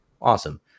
awesome